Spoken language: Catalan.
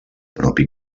propi